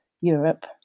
Europe